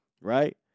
Right